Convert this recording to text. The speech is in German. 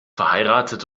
verheiratet